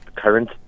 current